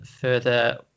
further